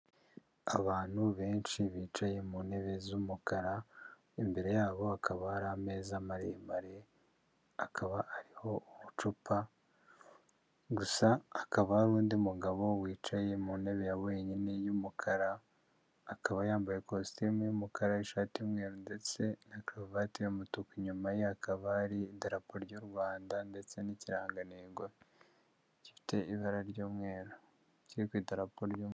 Abantu benshi bicaye mu ntebe z'umukara imbere yabo hakaba hari ameza maremare akaba ariho umucupa, gusa akaba ari n' undi mugabo wicaye mu ntebe ya wenyine y'umukara, akaba yambaye ikositimu y'umukara, ishati y' umweru ndetse na karuvati umutuku nyuma ye yakaba aridarapo y'u Rwanda ndetse n'ikirangantego gifite ibara ry'umweru kiri ku idarapo ryu.